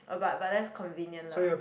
um but but that's convenient lah